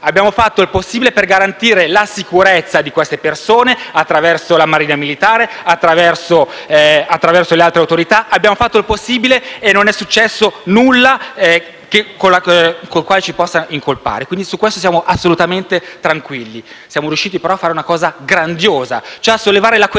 Abbiamo fatto il possibile per garantire la sicurezza di queste persone, attraverso la Marina militare e le altre autorità, e non è successo nulla di cui ci si possa incolpare, quindi su questo siamo assolutamente tranquilli. Siamo riusciti però a fare una cosa grandiosa, cioè a sollevare la questione